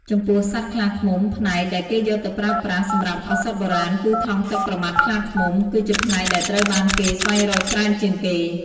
ចំពោះសត្វខ្លាឃ្មុំ ផ្នែកដែលគេយកទៅប្រើប្រាស់សម្រាប់ឱសថបុរាណគឺថង់ទឹកប្រមាត់ខ្លាឃ្មុំ គឺជាផ្នែកដែលត្រូវបានគេស្វែងរកច្រើនជាងគេ។